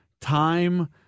time